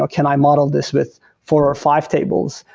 ah can i model this with four or five tables?